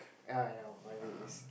ya ya whatever it is